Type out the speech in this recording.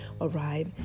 arrive